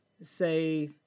say